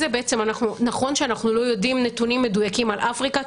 נכון שאנחנו לא יודעים נתונים מדויקים על אפריקה,